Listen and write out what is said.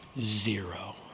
Zero